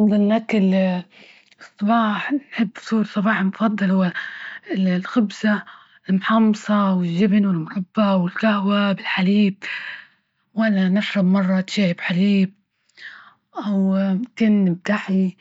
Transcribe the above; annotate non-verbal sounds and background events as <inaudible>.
نفضل ناكل <hesitation> الصباح نحب سوء الصباح نفضل <hesitation> الخبزة المحمصة والجبن والمربى والجهوة بالحليب، ولا نشرب مرة شاي بحليب أو بتبدحي